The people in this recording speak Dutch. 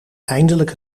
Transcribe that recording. eindelijk